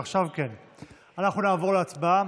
ועכשיו, כן, אנחנו נעבור להצבעה.